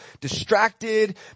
distracted